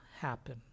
happen